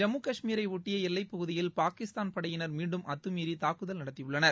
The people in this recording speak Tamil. ஜம்மு காஷ்மீரை ஒட்டிய எல்லைப்பகுதியில் பாகிஸ்தான் படையினர் மீண்டும் அத்துமீறி தாக்குதல் நடத்தினர்